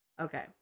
Okay